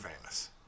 famous